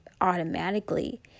automatically